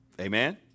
Amen